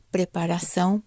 Preparação